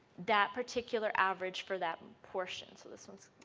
that particular average for that portion. so this one,